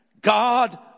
God